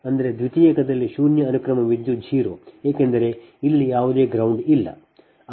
ಅಂದರೆ ದ್ವಿತೀಯಕದಲ್ಲಿ ಶೂನ್ಯ ಅನುಕ್ರಮ ವಿದ್ಯುತ್ 0 ಏಕೆಂದರೆ ಇಲ್ಲಿ ಯಾವುದೇ ground ಇಲ್ಲ